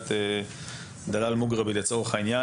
סוגיית דלאל אל-מוגרבי, לצורך העניין.